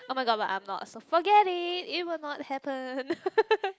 oh-my-god but I'm not so forget it it will not happen